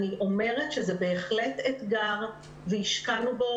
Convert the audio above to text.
אני אומרת שזה בהחלט אתגר שהשקענו בו